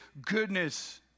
goodness